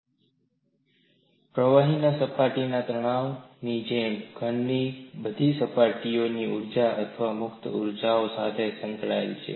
સપાટી ઊર્જા પ્રવાહીના સપાટીના તણાવ ની જેમ જ ઘનની બધી સપાટી ની ઊર્જાઓ અથવા મુક્ત ઊર્જાઓ સાથે સંકળાયેલ છે